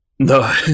No